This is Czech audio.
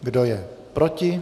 Kdo je proti?